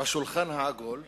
בשולחן העגול,